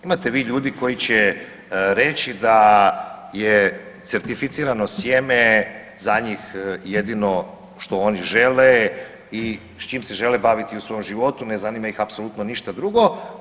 Imate vi ljudi koji će reći da je certificirano sjeme za njih jedino što oni žele i s čim se žele baviti u svom životu, ne zanima ih apsolutno ništa drugo.